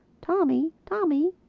tommy tommy!